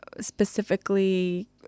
specifically